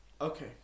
Okay